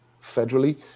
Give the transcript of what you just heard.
federally